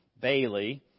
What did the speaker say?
Bailey